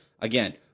Again